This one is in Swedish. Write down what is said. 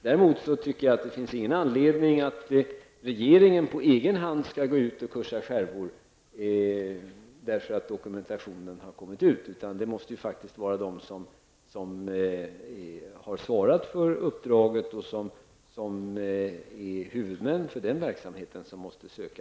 Däremot finns det inte någon anledning för regeringen att på egen hand gå ut och kursa skärvor, bara för att dokumentationen har kommit ut. Det är de som har svarat för uppdraget och som är huvudmän för verksamheten som måste söka tillstånd.